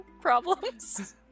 problems